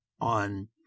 on